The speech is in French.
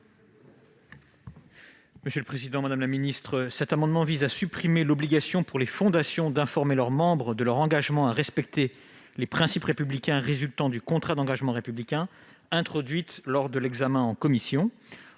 est à M. Julien Bargeton. Cet amendement vise à supprimer l'obligation pour les fondations d'informer leurs membres de leur engagement à respecter les principes républicains résultant du contrat d'engagement républicain, introduite lors de l'examen du texte en commission.